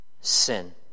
sin